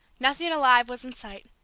nothing alive was in sight.